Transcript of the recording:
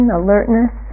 alertness